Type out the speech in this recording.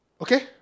Okay